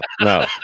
no